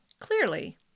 Clearly